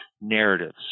narratives